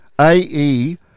A-E